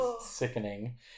sickening